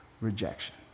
rejection